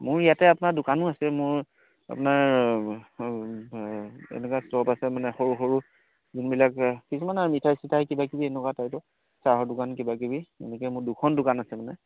মোৰ ইয়াতে আপোনাৰ দোকানো আছে মোৰ আপোনাৰ এনেকুৱা শ্বপ আছে মানে সৰু সৰু যোনবিলাক কিছুমানে মিঠাই চিঠাই কিবা কিবি এনেকুৱা টাইপ চাহৰ দোকান কিবা কিবি এনেকৈ মোৰ দুখন দোকান আছে মানে